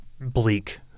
bleak